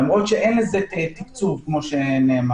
למרות שאין לזה תקצוב, כמו שנאמר.